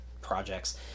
projects